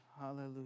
Hallelujah